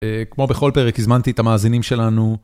כמו בכל פרק הזמנתי את המאזינים שלנו.